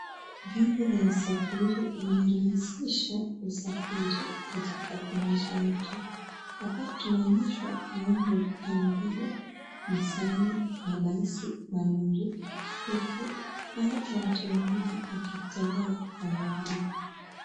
Vyombo vya usafiri vimerahisisha usafiri katika maisha yetu. Hapa tunaonyeshwa vyombo kama vile Nissan, mabasi, malori, pikipiki na hata watu wengine wakitembea kwa miguu.